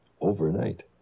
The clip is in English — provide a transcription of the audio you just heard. overnight